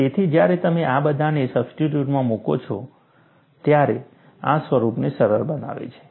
તેથી જ્યારે તમે આ બધાને સબસ્ટીટ્યુટમાં મૂકો છો ત્યારે આ સ્વરૂપને સરળ બનાવે છે